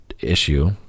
issue